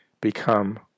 become